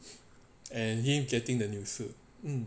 and him getting the new suit mm